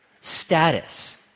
status